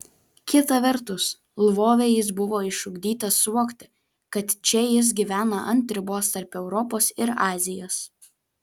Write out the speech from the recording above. kita vertus lvove jis buvo išugdytas suvokti kad čia jis gyvena ant ribos tarp europos ir azijos